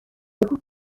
بگو